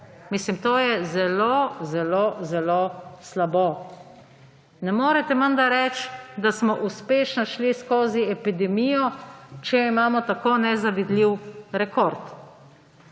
Mislim, to je zelo, zelo, zelo slabo. Ne morete menda reči, da smo uspešno šli skozi epidemijo, če imamo tako nezavidljiv rekord,